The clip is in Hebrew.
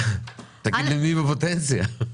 תגיד לי מי בפוטנציה.